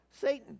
satan